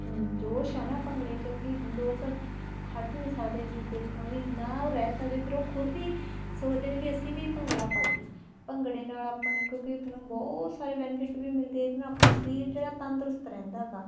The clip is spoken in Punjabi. ਜੋਸ਼ ਹੈ ਨਾ ਭੰਗੜੇ 'ਚ ਕੀ ਲੋਕ ਹਟ ਨਹੀਂ ਸਕਦੇ ਵੀ ਦੇਖਣੋ ਵੀ ਨਾ ਰਹਿ ਸਕਦੇ ਫਿਰ ਉਹ ਖੁਦ ਵੀ ਸੋਚਦੇ ਨੇ ਵੀ ਅਸੀਂ ਵੀ ਭੰਗੜਾ ਪਾਈਏ ਭੰਗੜੇ ਨਾਲ ਆਪਾਂ ਨੂੰ ਕਿਉਂਕਿ ਆਪਾਂ ਨੂੰ ਬਹੁਤ ਸਾਰੇ ਬੈਨੀਫਿਟ ਵੀ ਮਿਲਦੇ ਇਹਦੇ ਨਾ ਆਪਣੇ ਸਰੀਰ ਜਿਹੜਾ ਤੰਦਰੁਸਤ ਰਹਿੰਦਾ ਗਾ